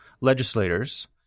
legislators